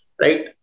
right